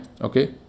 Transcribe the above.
okay